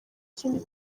ikindi